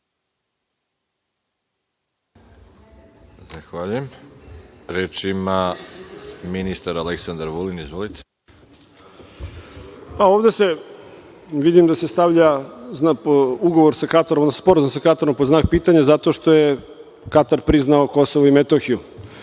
Zahvaljujem. Reč ima ministar Aleksandar Vulin. Izvolite. **Aleksandar Vulin** Ovde vidim da se stavlja ugovor sa Katarom, odnosno sporazum sa Katarom pod znak pitanja, zato što je Katar priznao Kosovo i Metohiju.